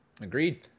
Agreed